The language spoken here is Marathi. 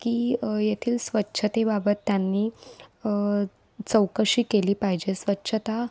की येथील स्वच्छतेबाबत त्यांनी चौकशी केली पाहिजे स्वच्छता